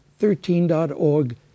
13.org